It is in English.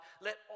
Let